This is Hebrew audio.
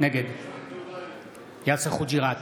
נגד יאסר חוג'יראת,